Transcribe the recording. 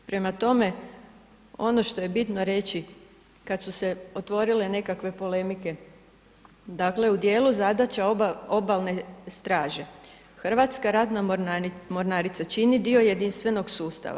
Prema tome, ono što je bitno reći kad su se otvorile nekakve polemike, dakle u dijelu zadaća obalne straže Hrvatska ratna mornarica čini dio jedinstvenog sustava.